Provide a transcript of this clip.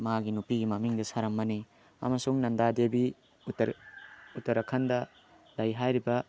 ꯃꯥꯒꯤ ꯅꯨꯄꯤꯒꯤ ꯃꯃꯤꯡꯗ ꯁꯥꯔꯝꯕꯅꯤ ꯑꯃꯁꯨ ꯅꯟꯗꯥ ꯗꯦꯕꯤ ꯎꯇꯔ ꯎꯇꯔꯈꯟꯗ ꯂꯩ ꯍꯥꯏꯔꯤꯕ